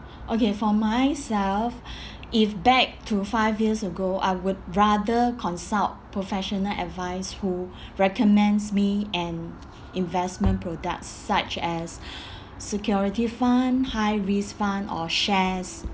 okay for myself if back to five years ago I would rather consult professional advice who recommends me an investment products such as security fund high risk fund or shares